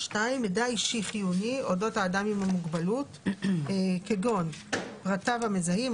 מידע אישי חיוני אודות האדם עם המוגבלות כגון פרטיו המזהים,